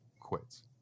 quits